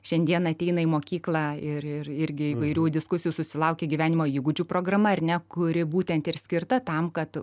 šiandien ateina į mokyklą ir irgi įvairių diskusijų susilaukia gyvenimo įgūdžių programa ar ne kuri būtent ir skirta tam kad